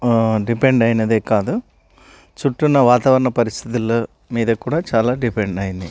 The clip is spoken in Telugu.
డిపెండ్ అయినదే కాదు చుట్టూ ఉన్న వాతావరణ పరిస్థితుల మీద కూడా చాలా డిపెండ్ అయ్యింది